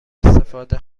استفاده